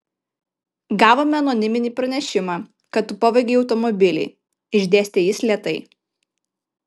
gavome anoniminį pranešimą kad tu pavogei automobilį išdėstė jis lėtai